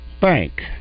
bank